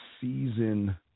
season